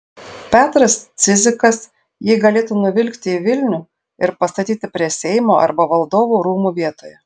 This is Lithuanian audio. petras cidzikas jį galėtų nuvilkti į vilnių ir pastatyti prie seimo arba valdovų rūmų vietoje